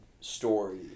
story